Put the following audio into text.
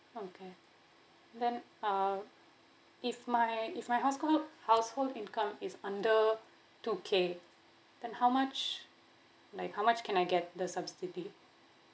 okay then uh if my if my houseco~ household income is under two K then how much like how much can I get the subsidy